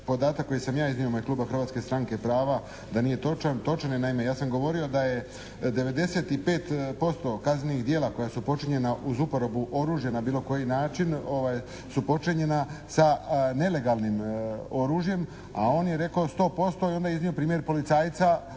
podatak koji sam ja iznio u ime kluba Hrvatske stranke prava da nije točan. Točan je. naime, ja sam govorio da je 95% kaznenih djela koja su počinjena uz uporabu oružja na bilo koji način su počinjena sa nelegalnim oružjem. A on je rekao 100% i onda je iznio primjer policajca